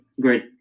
great